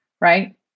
right